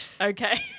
Okay